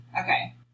Okay